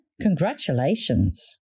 Congratulations